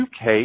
UK